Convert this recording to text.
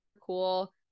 cool